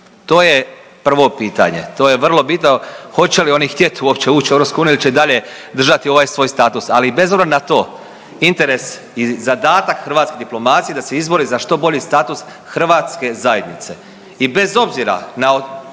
to je prvo pitanje, to je vrlo bitno hoće li oni htjet uopće uć u EU il će i dalje držati ovaj svoj status, ali bez obzira na to interes i zadatak hrvatske diplomacije je da se izbori za što bolji status hrvatske zajednice i bez obzira na